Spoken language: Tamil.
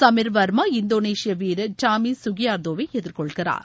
சமீர் வர்மா இந்தோனேஷிய வீரர் டாமி சுகியார்தோவை எதிர்கொள்கிறார்